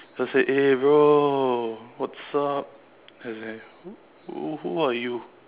just say eh bro what's up I was like who who who are you